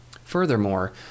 Furthermore